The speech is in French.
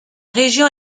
région